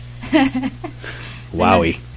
Wowie